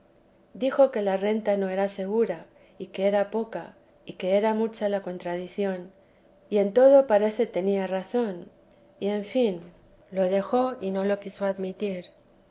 dijo que la renta no era segura y que era poca y que era mucha la contradición y en todo parece tenía razón y en fin lo dejó y no la quiso a'dmitir